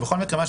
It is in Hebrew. ובכל מקרה,